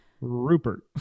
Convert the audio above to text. Rupert